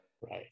Right